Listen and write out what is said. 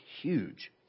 huge